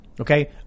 okay